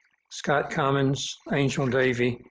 scott commins, angel davey,